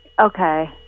Okay